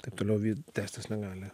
taip toliau tęstis negali